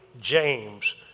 James